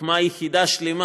הוקמה יחידה שלמה